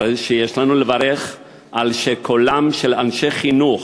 הרי שיש לנו לברך על שקולם של אנשי חינוך,